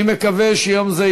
אני מקווה שיום זה,